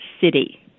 city